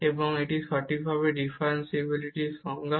এবং এটি সঠিকভাবে ডিফারেনশিবিলিটির সংজ্ঞা